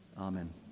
Amen